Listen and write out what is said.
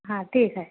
हा ठीक आहे